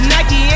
Nike